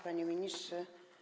Panie Ministrze!